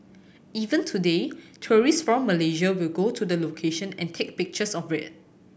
even today tourist from Malaysia will go to the location and take pictures of it